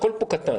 הכול פה קטן.